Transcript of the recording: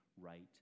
right